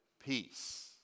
peace